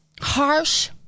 harsh